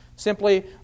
simply